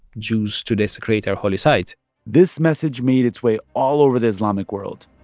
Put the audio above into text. jews to desecrate our holy site this message made its way all over the islamic world,